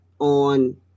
on